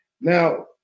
Now